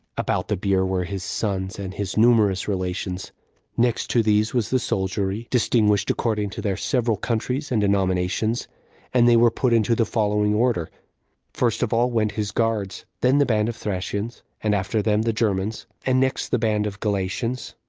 about the bier were his sons and his numerous relations next to these was the soldiery, distinguished according to their several countries and denominations and they were put into the following order first of all went his guards, then the band of thracians, and after them the germans and next the band of galatians,